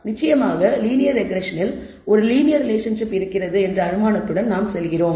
நிச்சயமாக லீனியர் ரெக்ரெஸ்ஸனில் ஒரு லீனியர் ரிலேஷன்ஷிப் இருக்கிறது என்ற அனுமானத்துடன் நாம் செல்கிறோம்